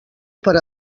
per